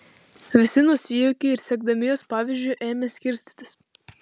visi nusijuokė ir sekdami jos pavyzdžiu ėmė skirstytis